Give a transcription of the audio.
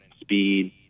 speed